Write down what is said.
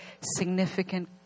significant